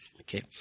Okay